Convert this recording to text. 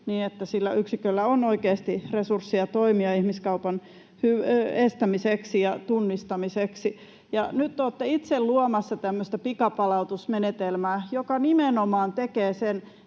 sillä yksiköllä on oikeasti resursseja toimia ihmiskaupan estämiseksi ja tunnistamiseksi. Nyt olette itse luomassa tämmöistä pikapalautusmenetelmää, joka nimenomaan tekee sen,